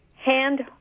Hand